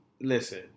listen